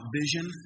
vision